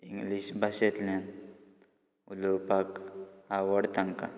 English भाशेंतल्यान उलोवपाक आवड तांकां